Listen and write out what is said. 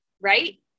right